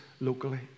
locally